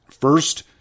First